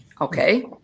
Okay